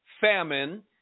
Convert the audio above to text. famine